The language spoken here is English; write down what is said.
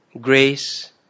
grace